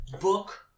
book